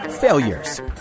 failures